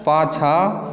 पाछाँ